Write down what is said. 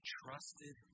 trusted